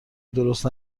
درست